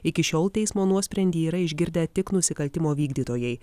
iki šiol teismo nuosprendį yra išgirdę tik nusikaltimo vykdytojai